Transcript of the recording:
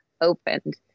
opened